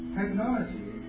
technology